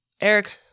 Eric